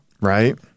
Right